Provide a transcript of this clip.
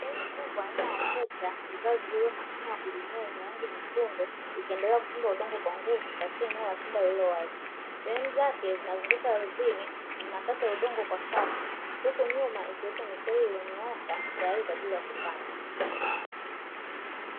Gari kubwa aina ya trekta ikiwa imebeba mashine ya kulimia yenye rangi nyekundu, ikiendelea kuchimba udongo kwa nguvu katika eneo la shamba lililo wazi. Sehemu zake zinazunguka ardhini zinakata udongo kwa kasi, huku nyuma ikiacha mistari iliyonyooka tayari kwa ajili ya kupandwa.